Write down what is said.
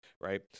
Right